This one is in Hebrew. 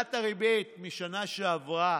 הכפלת הריבית מהשנה שעברה